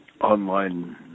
online